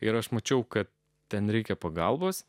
ir aš mačiau kad ten reikia pagalbos